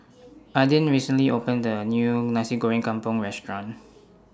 Adin recently opened A New Nasi Goreng Kampung Restaurant